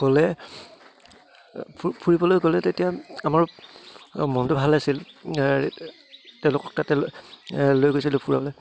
গ'লে ফুৰিবলৈ গ'লে তেতিয়া আমাৰ মনটো ভাল আছিল তেওঁলোকক তাতে লৈ গৈছিলোঁ ফুুৰাবলে